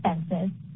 expenses